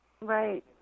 right